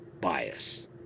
bias